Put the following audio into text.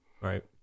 right